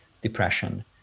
depression